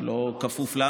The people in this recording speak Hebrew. הוא לא כפוף לנו.